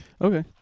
Okay